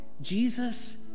Jesus